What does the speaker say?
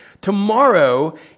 Tomorrow